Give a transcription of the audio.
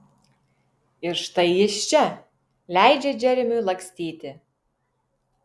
ir štai jis čia leidžia džeremiui lakstyti